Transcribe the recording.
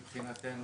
מבחינתנו,